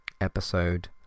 episode